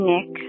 Nick